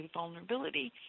vulnerability